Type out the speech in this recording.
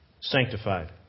sanctified